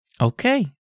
okay